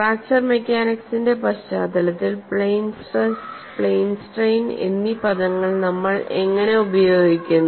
fracture മെക്കാനിക്സിന്റെ പശ്ചാത്തലത്തിൽ plane stress plane strain എന്നീ പദങ്ങൾ നമ്മൾ എങ്ങനെ ഉപയോഗിക്കുന്നു